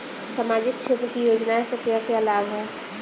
सामाजिक क्षेत्र की योजनाएं से क्या क्या लाभ है?